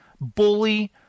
bully